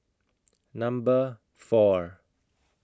Number four